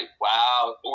wow